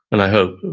and i hope,